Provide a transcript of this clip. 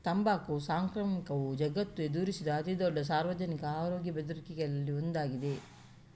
ತಂಬಾಕು ಸಾಂಕ್ರಾಮಿಕವು ಜಗತ್ತು ಎದುರಿಸಿದ ಅತಿ ದೊಡ್ಡ ಸಾರ್ವಜನಿಕ ಆರೋಗ್ಯ ಬೆದರಿಕೆಗಳಲ್ಲಿ ಒಂದಾಗಿದೆ